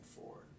forward